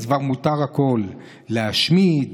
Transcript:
אז כבר מותר הכול: להשמיד,